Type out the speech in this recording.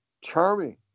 charming